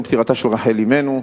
יום פטירתה של רחל אמנו.